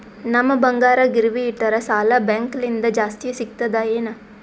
ನಮ್ ಬಂಗಾರ ಗಿರವಿ ಇಟ್ಟರ ಸಾಲ ಬ್ಯಾಂಕ ಲಿಂದ ಜಾಸ್ತಿ ಸಿಗ್ತದಾ ಏನ್?